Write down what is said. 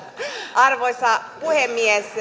arvoisa puhemies